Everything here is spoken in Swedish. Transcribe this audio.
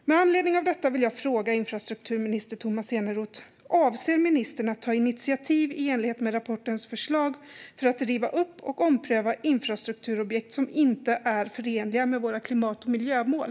Med anledning av detta vill jag fråga infrastrukturminister Tomas Eneroth: Avser ministern att ta initiativ i enlighet med rapportens förslag för att riva upp och ompröva infrastrukturobjekt som inte är förenliga med våra klimat och miljömål?